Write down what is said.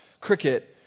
cricket